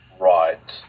Right